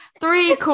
Three